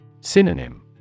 Synonym